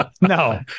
no